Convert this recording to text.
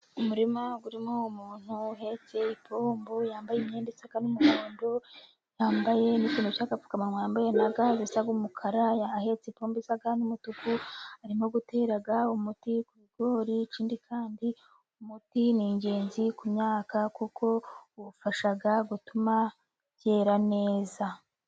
Umurima urimo umuntu uhetse ipombo, yambaye imyenda isa n'umuhondo, yambaye n'ikintu cy'agapfukamunwa, yambaye na ga zisa umukara, ahetse ipombo isa n'umutuku, arimo gutera umuti ku bigori, ikindi kandi umuti ni ingenzi ku myaka kuko uwufasha gutuma byera neza.